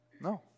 No